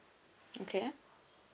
okay